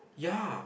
ya